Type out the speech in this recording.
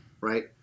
right